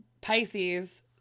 Pisces